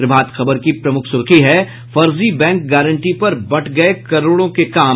प्रभात खबर की प्रमुख सुर्खी है फर्जी बैंक गारंटी पर बंट गये करोड़ों के काम